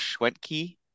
Schwentke